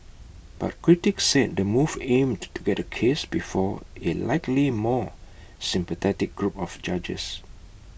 but critics said the move aimed to get the case before A likely more sympathetic group of judges